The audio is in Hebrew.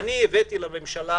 אני הבאתי את הממשלה